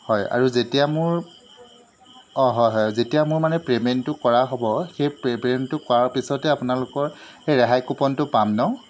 হয় আৰু যেতিয়া মোৰ অঁ হয় হয় যেতিয়া মোৰ মানে পে'মেণ্টটো কৰা হ'ব সেই পেপে'মেণ্টটো কৰাৰ পিছতে আপোনালোকৰ সেই ৰেহাই কুপনটো পাম নহ্